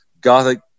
gothic